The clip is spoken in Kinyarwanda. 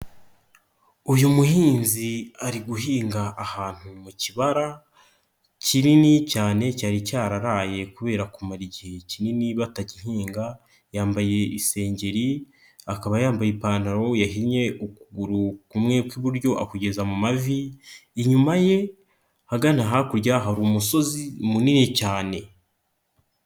Uyu muhinzi ari guhinga ahantu mu kibara kinini cyane cyari cyararaye kubera kumara igihe kinini batagihinga, yambaye isengeri, akaba yambaye ipantaro yahinnye ukuguru kumwe kw'iburyo akugeza mu mavi, inyuma ye ahsgana hakurya hari umusozi munini cyane.